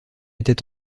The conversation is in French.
était